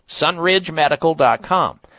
sunridgemedical.com